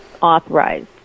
authorized